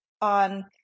on